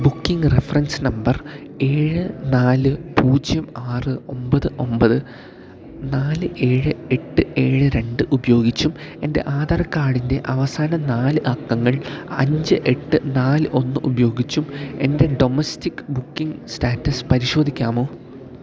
booking reference number ഏഴ് നാല് പൂജ്യം ആറ് ഒൻപത് ഒൻപത് നാല് ഏഴ് എട്ട് ഏഴ് രണ്ട് ഉപയോഗിച്ചും എൻറ്റെ ആധാർ കാഡിൻറ്റെ അവസാന നാല് അക്കങ്ങൾ അഞ്ച് എട്ട് നാൽ ഒന്ന് ഉപയോഗിച്ചും എൻറ്റെ ഡൊമസ്റ്റിക് ബുക്കിങ് സ്റ്റാറ്റസ് പരിശോധിക്കാമോ